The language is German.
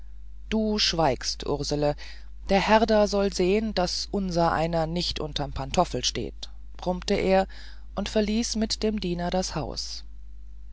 du schweigst ursel der herr da soll sehen daß unsereiner nicht unterm pantoffel steht brummte er und verließ mit dem diener das haus